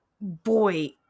boy